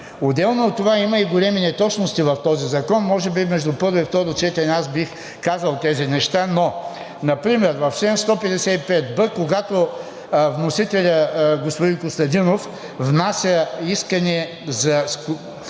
Отделно от това има и големи неточности в този закон. Може би между първо и второ четене аз бих казал тези неща. Но например в чл. 155б, когато вносителят господин Костадинов внася искане във